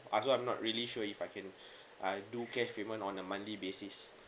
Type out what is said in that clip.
also I'm not really sure if I can uh do cash payment on the monthly basis